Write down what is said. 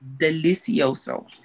Delicioso